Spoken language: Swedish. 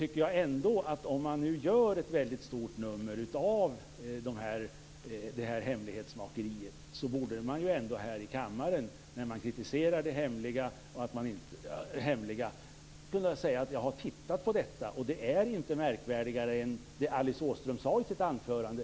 Om man gör ett så väldigt stort nummer av detta hemlighetsmakeri borde man ändå här i kammaren när man kritiserar det hemliga kunna säga att man har tittat på det. Det hela är inte märkvärdigare än vad Alice Åström sade i sitt anförande.